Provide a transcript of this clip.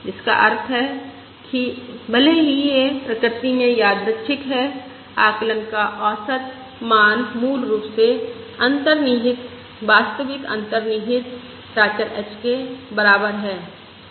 जिसका अर्थ है कि भले ही यह प्रकृति में यादृच्छिक हो आकलन का औसत मान मूल रूप से अंतर्निहित वास्तविक अंतर्निहित प्राचर h के बराबर है